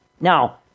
Now